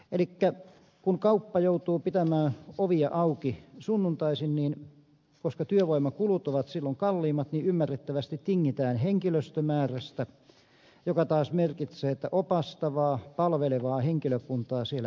elikkä kun kauppa joutuu pitämään ovia auki sunnuntaisin niin koska työvoimakulut ovat silloin kalliimmat ymmärrettävästi tingitään henkilöstömäärästä mikä taas merkitsee että opastavaa palvelevaa henkilökuntaa siellä ei ole